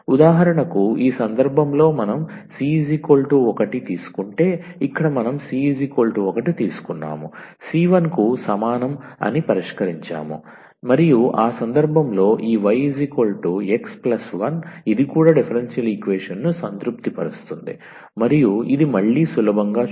ఉదాహరణకు ఈ సందర్భంలో మనం 𝑐1 తీసుకుంటే ఇక్కడ మనం 𝑐1 తీసుకున్నాము c1 కు సమానం అని పరిష్కరించాము మరియు ఆ సందర్భంలో ఈ 𝑦 𝑥 1 ఇది కూడా డిఫరెన్షియల్ ఈక్వేషన్ ను సంతృప్తిపరుస్తుంది మరియు ఇది మళ్ళీ సులభంగా చూడవచ్చు